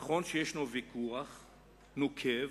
נכון שיש ויכוח נוקב,